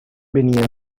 venía